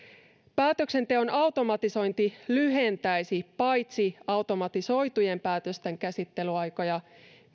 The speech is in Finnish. päätöksenteon automatisointi lyhentäisi paitsi automatisoitujen päätösten käsittelyaikoja